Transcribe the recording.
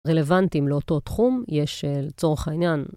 רלוונטים לאותו תחום, יש לצורך העניין.